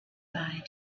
bye